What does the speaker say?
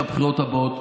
בבחירות הבאות,